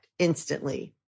instantly